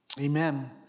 Amen